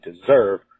deserve